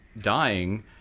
dying